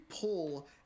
pull